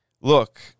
look